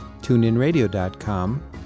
TuneInRadio.com